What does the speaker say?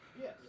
Yes